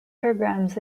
programs